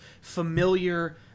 familiar